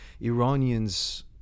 Iranians